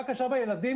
בדיון הקודם,